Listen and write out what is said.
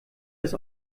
das